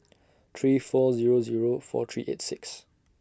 three four Zero Zero four three eight six